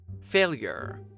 Failure